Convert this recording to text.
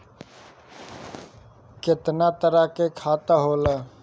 केतना तरह के खाता होला?